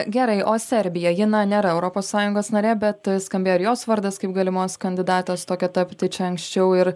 gerai o serbija ji na nėra europos sąjungos narė bet skambėjo ir jos vardas kaip galimos kandidatės tokia tapti čia anksčiau ir